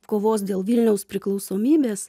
kovos dėl vilniaus priklausomybės